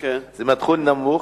זה מתחיל נמוך.